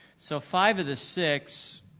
so five of the six